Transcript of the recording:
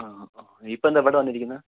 ഇപ്പം എന്താ ഇവിടെ വന്നിരിക്കുന്നത്